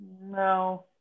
No